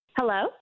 Hello